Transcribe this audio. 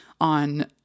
on